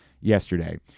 yesterday